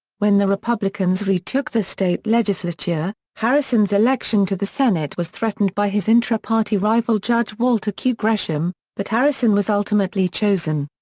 when the republicans retook the state legislature, harrison's election to the senate was threatened by his intra-party rival judge walter q. gresham, but harrison was ultimately chosen.